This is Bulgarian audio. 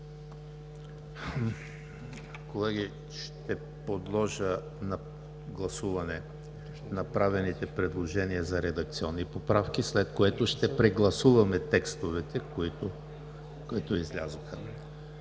Колеги, ще подложа на гласуване направените предложения за редакционни поправки, след което ще прегласуваме текстовете, които излязоха.